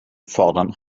fordern